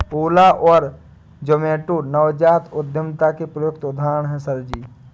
ओला और जोमैटो नवजात उद्यमिता के उपयुक्त उदाहरण है सर जी